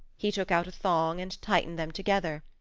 he took out a thong and tightened them together.